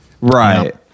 Right